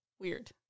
Weird